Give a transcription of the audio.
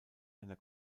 einer